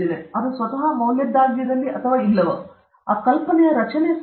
ಅದು ಸ್ವತಃ ಮೌಲ್ಯದ್ದಾಗಿರಲಿ ಅಥವಾ ಇಲ್ಲವೋ ಆ ಕಲ್ಪನೆಯ ರಚನೆಯು ಸರಿಯಾಗಿದೆ